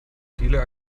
viele